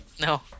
No